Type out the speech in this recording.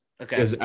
Okay